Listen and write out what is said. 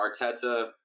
Arteta